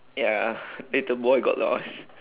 ya little boy got lost